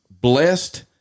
blessed